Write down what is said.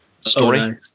story